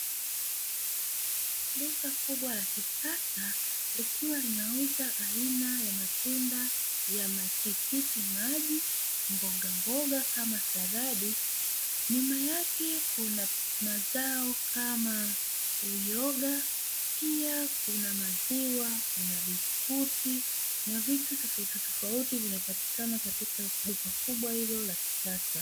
Duka kubwa la kisasa, likiwa linauza aina ya matunda ya matikiti maji, mbogamboga, kama saladi; nyuma yake kuna mazao kama uyoga, pia kuna maziwa, kuna biskuti na vitu tofautitofauti vinazopatikana katika duka kubwa hilo la kisasa.